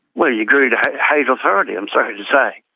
well, you grew to hate authority, i'm sorry to say.